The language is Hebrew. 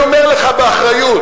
ואני אומר לך באחריות,